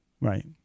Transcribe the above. Right